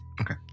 Okay